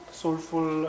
soulful